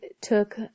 took